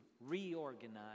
reorganize